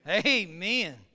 Amen